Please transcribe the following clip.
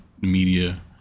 media